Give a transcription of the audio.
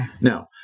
Now